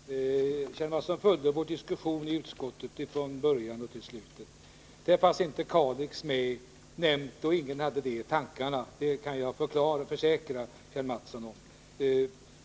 Herr talman! Det sista borde Kjell Mattsson inte ha sagt. Kjell Mattsson har följt vår diskussion i utskottet från början till slut. Kalix älv nämndes aldrig, och vi hade den inte i tankarna — det kan jag försäkra herr Mattsson.